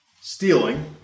stealing